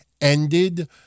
ended